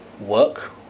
work